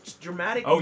dramatic